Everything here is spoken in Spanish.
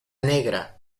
negra